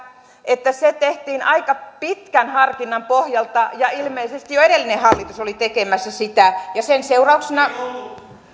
että se tehtiin aika pitkän harkinnan pohjalta ja ilmeisesti jo edellinen hallitus oli tekemässä sitä sen seurauksena